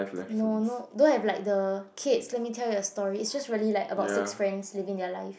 no no don't have like the kids let me tell you the story is just really like about six friends living their life